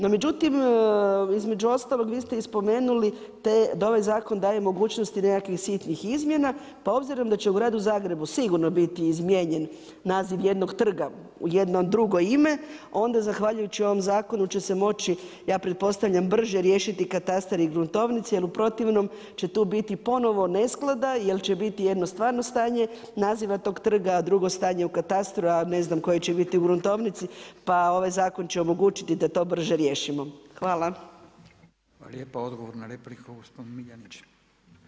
No međutim između ostalog vi ste i spomenuli da ovaj zakon daje mogućnosti nekakvih sitnih izmjena pa obzirom da će u gradu Zagrebu sigurno biti izmijenjen naziv jednog trga u jedno drugo ima onda zahvaljujući ovom zakonu će se moći ja pretpostavljam brže riješiti katastar i gruntovnica jer u protivnom će tu biti ponovo nesklada jer će biti stvarno stanje naziva tog trga, a drugo stanje u katastru, a ne znam koje će biti u gruntovnici pa ovaj zakon će omogućiti da to brže riješimo.